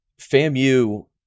FAMU